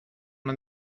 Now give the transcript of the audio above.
man